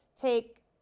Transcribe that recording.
take